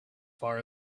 far